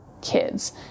kids